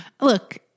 Look